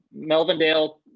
Melvindale